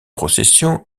processions